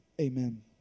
Amen